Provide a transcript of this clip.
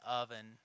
oven